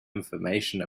information